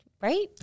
right